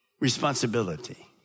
responsibility